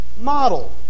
model